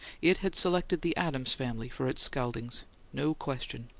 it had selected the adams family for its scaldings no question.